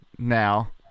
now